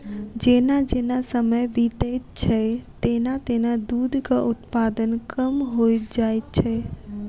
जेना जेना समय बीतैत छै, तेना तेना दूधक उत्पादन कम होइत जाइत छै